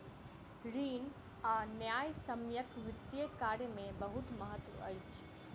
ऋण आ न्यायसम्यक वित्तीय कार्य में बहुत महत्त्व अछि